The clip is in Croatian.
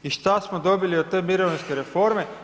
I šta smo dobili od te mirovinske reforme?